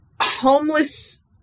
homeless